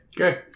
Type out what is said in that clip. okay